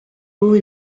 haut